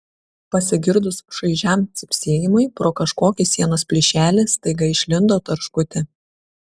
pasigirdus šaižiam cypsėjimui pro kažkokį sienos plyšelį staiga išlindo tarškutė